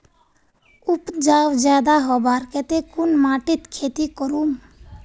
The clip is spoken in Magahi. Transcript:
उपजाऊ ज्यादा होबार केते कुन माटित खेती करूम?